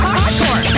hardcore